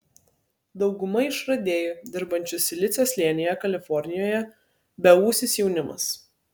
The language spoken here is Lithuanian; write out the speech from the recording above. dauguma išradėjų dirbančių silicio slėnyje kalifornijoje beūsis jaunimas